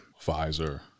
Pfizer